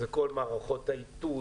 זה כל מערכות האיתות,